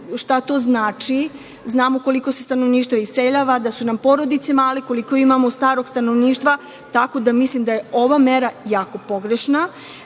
šta to znači, znamo koliko se stanovništvo iseljava, da su nam porodice male, koliko imamo starog stanovništva, tako da mislim da je ova mera jako